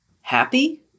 happy